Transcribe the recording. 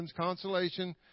consolation